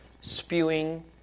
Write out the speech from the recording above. spewing